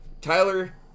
Tyler